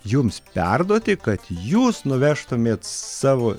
jums perduoti kad jūs nuvežtumėt savo